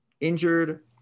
injured